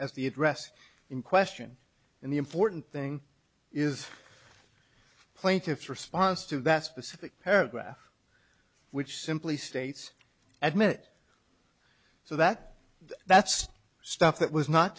as the address in question in the important thing is plaintiff's response to that specific paragraph which simply states at mit so that that's stuff that was not